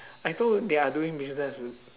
as long they are doing business